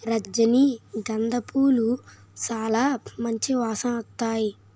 రజనీ గంధ పూలు సాలా మంచి వాసనొత్తాయి